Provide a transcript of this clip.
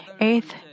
eighth